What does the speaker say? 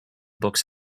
books